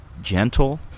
gentle